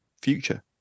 future